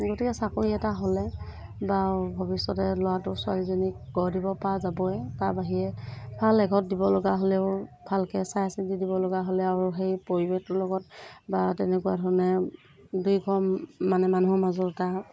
গতিকে চাকৰি এটা হ'লে বাৰু ভৱিষ্যতে ল'ৰাটো ছোৱালীজনীক গঢ় দিব পৰা যাবয়ে তাৰ বাহিৰে ভাল এঘৰত দিব লগা হ'লেও ভালকৈ চাই চিতি দিব লগা হ'লে আৰু সেই পৰিৱেশটোৰ লগত বা তেনেকুৱা ধৰণে দুই ঘৰ মানে মানুহৰ মাজত এটা